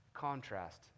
contrast